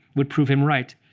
would prove him right,